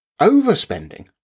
overspending